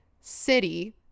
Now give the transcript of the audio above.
city